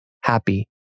happy